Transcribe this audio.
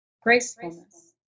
gracefulness